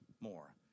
more